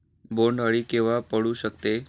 बोंड अळी केव्हा पडू शकते?